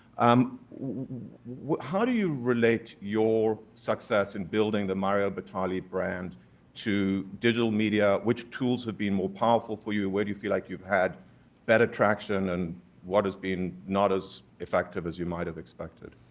um how do you relate your success in building the mario batali brand to digital media? which tools have been more powerful for you? where do you feel like you've had better traction and what has been not as effective as you might have expected?